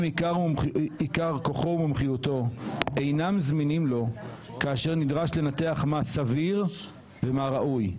עיקר כוחו ומומחיותו אינם זמינים לו כאשר נדרש לנתח מה סביר ומה ראוי,